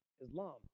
Islam